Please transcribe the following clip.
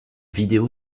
vidéo